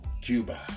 Cuba